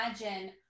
imagine